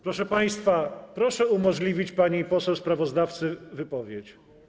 Proszę państwa, proszę umożliwić pani poseł sprawozdawcy wypowiedź.